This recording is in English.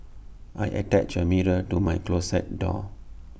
I attached A mirror to my closet door